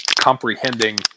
comprehending